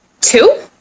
Two